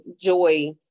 joy